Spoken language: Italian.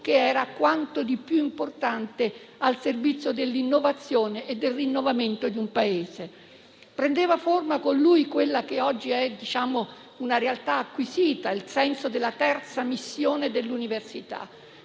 che era quanto di più importante al servizio dell'innovazione e del rinnovamento di un Paese. Prendeva forma con lui quella che oggi è una realtà acquisita, il senso della terza missione dell'università: